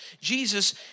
Jesus